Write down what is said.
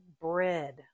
bread